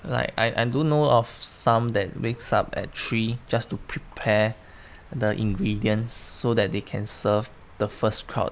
like I I do know of some that wakes up at three just to prepare the ingredients so that they can serve the first crowd